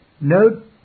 Note